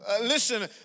Listen